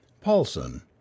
Paulson